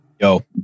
Yo